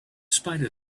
spite